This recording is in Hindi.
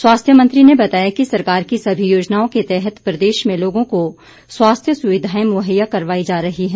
स्वास्थ्य मंत्री ने बताया कि सरकार की सभी योजनाओं के तहत प्रदेश में लोगों को स्वास्थ्य सुविधाएं मुहैया करवाई जा रही हैं